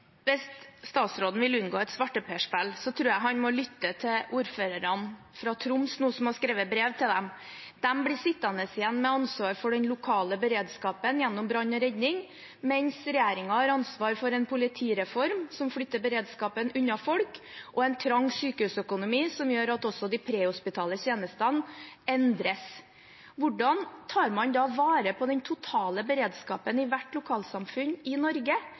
Hvis statsråden vil unngå et svarteperspill, tror jeg han må lytte til ordførerne fra Troms, som nå har skrevet brev. De ble sittende igjen med ansvaret for den lokale beredskapen gjennom brann og redning, mens regjeringen har ansvar for en politireform som flytter beredskapen unna folk, og en trang sykehusøkonomi som gjør at også de prehospitale tjenestene endres. Hvordan tar man vare på den totale beredskapen i hvert lokalsamfunn i Norge,